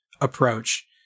approach